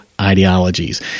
ideologies